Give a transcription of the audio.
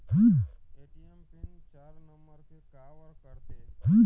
ATM PIN चार number के काबर करथे?